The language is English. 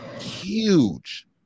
Huge